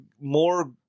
more